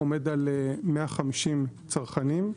עומד על 150 צרכנים.